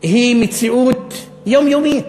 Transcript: היא מציאות יומיומית.